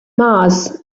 mars